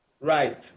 Right